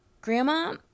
grandma